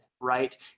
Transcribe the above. Right